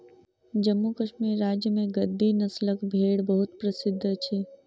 जम्मू कश्मीर राज्य में गद्दी नस्लक भेड़ बहुत प्रसिद्ध अछि